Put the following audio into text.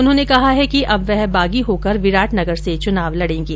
उन्होंने कहा है कि अब वह बागी होकर विराटनगर से चुनाव लड़ेंगे